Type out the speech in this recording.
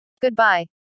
Goodbye